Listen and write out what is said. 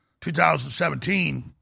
2017